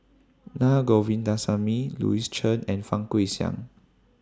Naa Govindasamy Louis Chen and Fang Guixiang